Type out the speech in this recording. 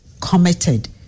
committed